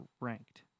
ranked